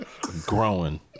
growing